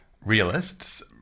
realists